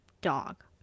dog